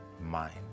mind